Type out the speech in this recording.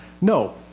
No